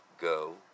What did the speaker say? Go